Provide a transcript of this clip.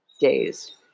days